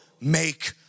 make